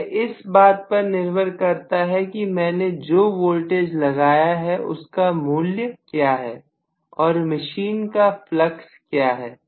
यह इस बात पर निर्भर करता है कि मैंने जो वोल्टेज लगाया है उसका मूल्य क्या है और मशीन का फ्लक्स क्या है